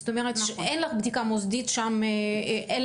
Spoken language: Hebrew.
זאת אומרת שאין לך בדיקה מוסדית שם אלא